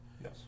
Yes